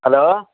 hello